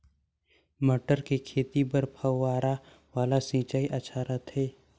मटर के खेती बर फव्वारा वाला सिंचाई अच्छा रथे?